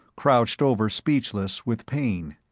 crouched over speechless with pain.